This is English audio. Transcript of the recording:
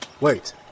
Wait